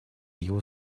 его